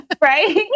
Right